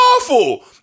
awful